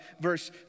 Verse